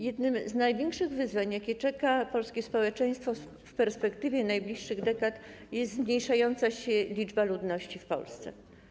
Jednym z największych wyzwań, jakie czeka polskie społeczeństwo w perspektywie najbliższych dekad, jest zmniejszająca się liczba ludności w Polsce.